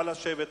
נא לשבת,